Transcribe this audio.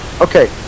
Okay